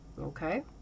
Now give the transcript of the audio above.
okay